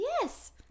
Yes